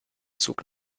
zug